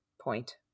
point